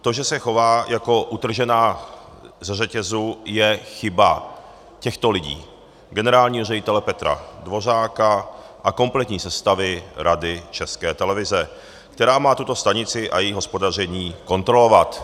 To, že se chová jako utržená ze řetězu, je chyba těchto lidí generálního ředitele Petra Dvořáka a kompletní sestavy Rady České televize, která má tuto stanici a její hospodaření kontrolovat.